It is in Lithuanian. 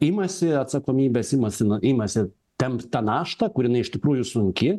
imasi atsakomybės imasi nu imasi tempt tą naštą kur jinai iš tikrųjų sunki